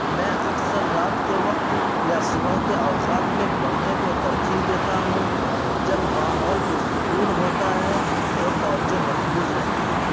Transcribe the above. میں اکثر رات کے وقت یا صبح کے اوقات میں پڑھنے کو ترجیح دیتا ہوں جب ماحول پرسکون ہوتا ہے اور توجہ مرکوز رہتی ہے